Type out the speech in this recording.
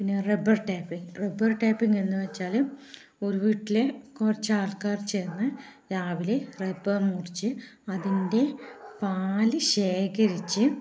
പിന്നെ rubber tapping rubber tapping എന്ന് വെച്ചാൽ ഒരു വീട്ടിലെ കുറച്ച് ആൾക്കാർ ചേർന്ന് രാവിലെ റബർ മുറിച്ച് അതിൻ്റെ പാല് ശേഖരിച്ച്